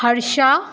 Harsha